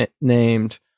named